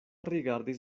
rigardis